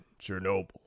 Chernobyl